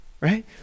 right